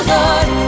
Lord